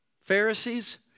Pharisees